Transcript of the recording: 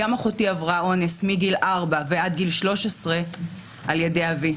גם אחותי עברה אונס מגיל ארבע ועד גיל 13 על ידי אבי.